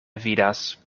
vidas